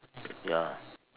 ya